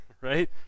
right